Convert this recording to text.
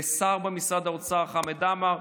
לשר במשרד האוצר חמד עמאר,